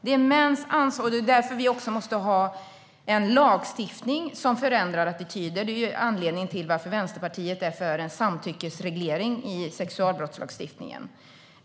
Det är mäns ansvar, och det är därför vi också måste ha en lagstiftning som förändrar attityder. Det är anledningen till att Vänsterpartiet är för en samtyckesreglering i sexualbrottslagstiftningen.